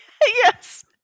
Yes